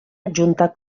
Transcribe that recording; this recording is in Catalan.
adjuntar